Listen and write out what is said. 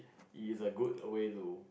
is a good way to